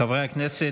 חברי הכנסת,